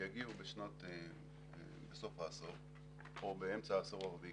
יגיעו בסוך העשור או באמצע העשור הרביעי,